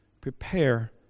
Prepare